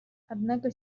однако